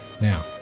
Now